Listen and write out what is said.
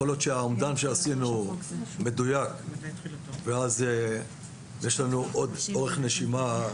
יכול להיות שהאומדן שעשינו מדויק ואז יש לנו אורך נשימה.